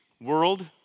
World